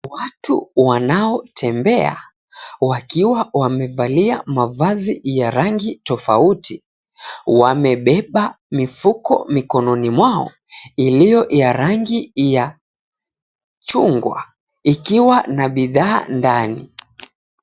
Watu wanaotembea wakiwa wamevalia mavazi ya rangi tofauti, wamebeba mifuko mikononi mwao iliyo ya rangi ya chungwa ikiwa na bidhaa ndani.